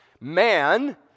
man